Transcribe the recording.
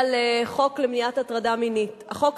חוק למניעת הטרדה מינית (תיקון מס'